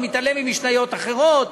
הוא מתעלם ממשניות אחרות.